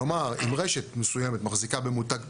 כלומר, אם רשת מסוימת מחזיקה במותג פרטי,